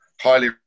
highly